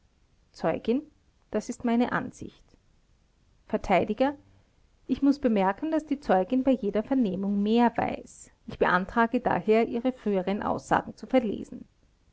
zeugin das ist meine ansicht verteidiger ich muß bemerken daß die zeugin bei jeder vernehmung mehr weiß ich beantrage daher ihre früheren aussagen zu verlesen